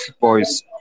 boys